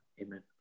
Amen